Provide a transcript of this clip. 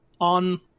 on